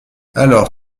alors